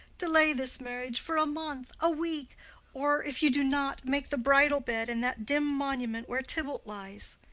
delay this marriage for a month, a week or if you do not, make the bridal bed in that dim monument where tybalt lies.